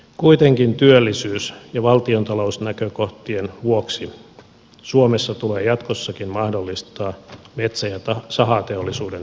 kuitenkin työllisyys ja valtiontalousnäkökohtien vuoksi suomessa tulee jatkossakin mahdollistaa metsä ja sahateollisuuden toiminta